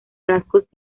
rasgos